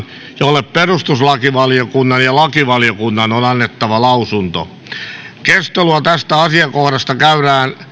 jolle perustuslakivaliokunnan ja lakivaliokunnan on annettava lausunto keskustelua tästä asiakohdasta käydään